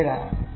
997 ആണ്